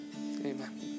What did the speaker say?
amen